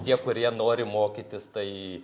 tie kurie nori mokytis tai